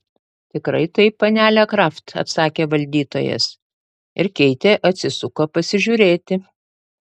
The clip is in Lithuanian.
tikrai taip panele kraft atsakė valdytojas ir keitė atsisuko pasižiūrėti